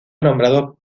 nombrado